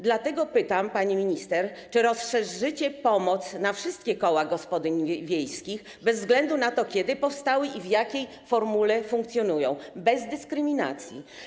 Dlatego pytam, pani minister, czy rozszerzycie pomoc na wszystkie koła gospodyń wiejskich, bez względu na to, kiedy powstały i w jakiej formule funkcjonują, bez dyskryminacji?